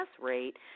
rate